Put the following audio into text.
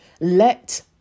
Let